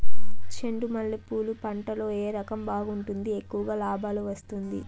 చెండు మల్లె పూలు పంట లో ఏ రకం బాగుంటుంది, ఎక్కువగా లాభాలు వస్తుంది?